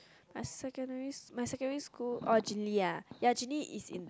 my secondary my secondary school oh Gindly ah Gindly is in